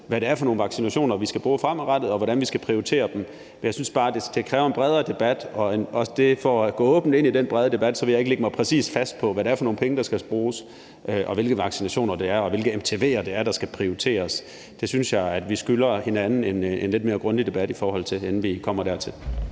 hvad det er for nogle vaccinationer, vi skal bruge fremadrettet, og hvordan vi skal prioritere dem. Jeg synes bare, det kræver en bredere debat, og for at gå åbent ind i den brede debat vil jeg ikke lægge mig fast på, præcis hvad det er for nogle penge, der skal bruges, og hvilke vaccinationer og MTV'er, der skal prioriteres. Der synes jeg, vi skylder hinanden at have en lidt mere grundig debat, inden vi kommer dertil.